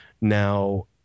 now